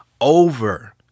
over